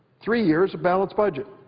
three years, a balanced budget.